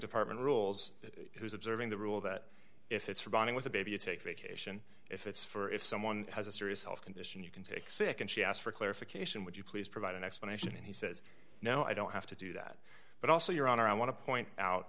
department rules who's observing the rule that if it's for bonding with a baby you take vacation if it's for if someone has a serious health condition you can take sick and she asked for clarification would you please provide an explanation and he says no i don't have to do that but also your honor i want to point out